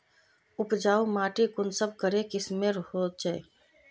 उपजाऊ माटी कुंसम करे किस्मेर होचए?